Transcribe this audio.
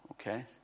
okay